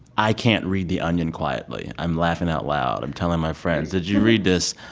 i can't read the onion quietly. i'm laughing out loud. i'm telling my friends, did you read this?